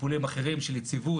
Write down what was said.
טיפולים אחרים של יציבות.